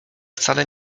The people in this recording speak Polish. wcale